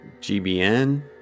GBN